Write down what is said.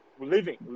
living